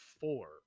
four